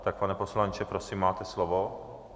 Tak pane poslanče, prosím, máte slovo.